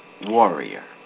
Warrior